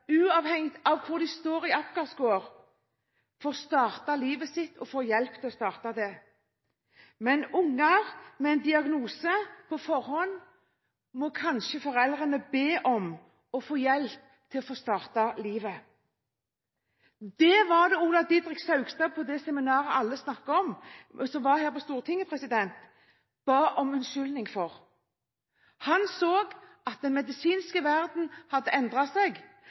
uavhengig av apgarskår, får starte livet sitt og får hjelp til å starte det. Men når det gjelder unger med en diagnose på forhånd, må kanskje foreldrene be om å få hjelp til å få starte livet. Det var det Ola Didrik Saugstad på det seminaret alle snakker om, som var her på Stortinget, ba om unnskyldning for. Han så at den medisinske verden hadde endret seg,